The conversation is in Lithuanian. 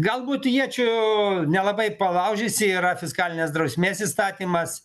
galbūt iečių nelabai palaužysi yra fiskalinės drausmės įstatymas